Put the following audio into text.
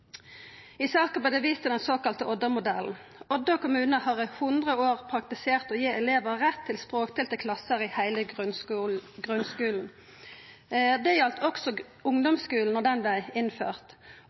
I saka vart det vist til den såkalla Odda-modellen. Odda kommune har i hundre år praktisert å gi elevar rett til språkdelte klassar i heile grunnskulen. Det